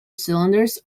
cylinders